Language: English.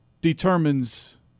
determines